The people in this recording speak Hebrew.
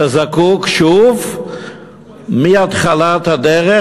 אתה זקוק שוב לחזור להתחלת הדרך,